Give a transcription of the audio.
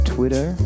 Twitter